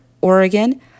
Oregon